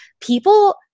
people